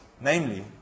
Namely